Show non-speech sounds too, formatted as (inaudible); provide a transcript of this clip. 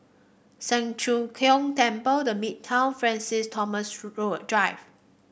Siang Cho Keong Temple The Midtown Francis Thomas (unintelligible) Road Drive